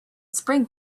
spring